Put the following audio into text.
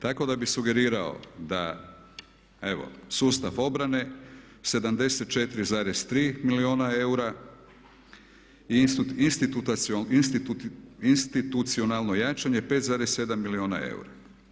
Tako da bih sugerirao da evo sustav obrane 74,3 milijuna eura i institucionalno jačanje 5,7 milijuna eura.